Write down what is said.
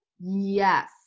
Yes